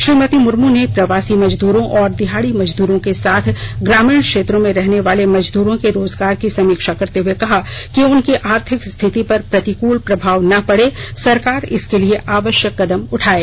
श्रीमती मुर्मू ने प्रवासी मजदूरों और दिहाड़ी मजदूरों के साथ ग्रामीण क्षेत्रों में रहने वाले मजदूरों की रोजगारों की समीक्षा करते हुए कहा कि उनकी आर्थिक स्थिति पर प्रतिकूल प्रभाव न पडे सरकार इसके लिए आवश्यक कदम उठाएं